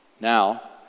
Now